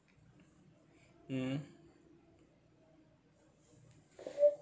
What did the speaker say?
mm